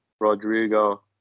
Rodrigo